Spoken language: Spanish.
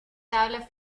tabla